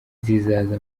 zizaza